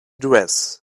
dress